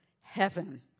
heaven